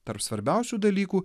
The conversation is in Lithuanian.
tarp svarbiausių dalykų